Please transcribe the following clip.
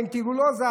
כן, כי הוא לא זז.